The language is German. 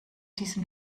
diesem